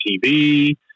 TV